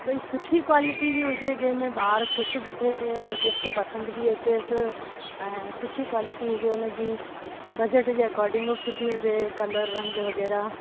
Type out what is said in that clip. भई सुठी क्वॉलिटी जी हुजे जंहिं में ॿार ख़ुशि बि थिए ऐं गिफ़्ट पसंदि बि अचेसि ऐं सुठी क्वॉलिटी हुजे हुनजी बजट जे अकॉडिंग बि सुठी हुजे कलर रंग वग़ैरह